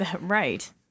Right